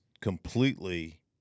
completely